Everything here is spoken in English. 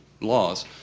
laws